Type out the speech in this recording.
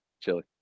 chili